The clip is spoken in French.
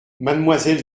mademoiselle